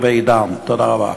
תודה רבה.